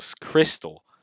crystal